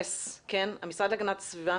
המשרד להגנת הסביבה,